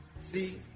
See